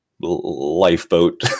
lifeboat